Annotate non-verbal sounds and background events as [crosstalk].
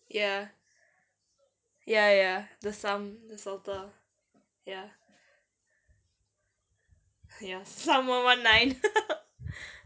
ya ya ya ya the psalm the ya some more one line [laughs]